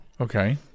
okay